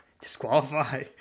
disqualify